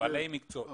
בעלי המקצועות, כן.